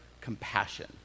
compassion